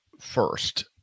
first